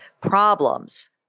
problems